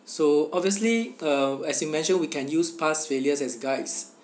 so obviously uh as you mentioned we can use past failures as guides